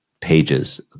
pages